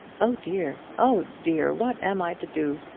oh dear, oh dear, what am i to do?